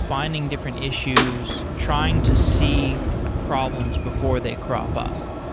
finding different issues, trying to see problems before they crop up.